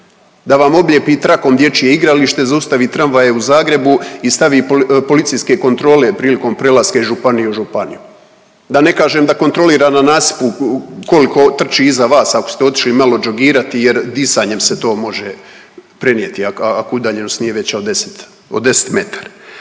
da vam oblijepi trakom dječje igralište, zaustavi tramvaje u Zagrebu i stavi policijske kontrole prilikom prelaska iz županije u županiju, da ne kažem da kontrolira na nasipu koliko trči iza vas ako ste otišli malo džogirati jer disanjem se to može prenijeti ako udaljenost nije veća od 10, od 10 metara.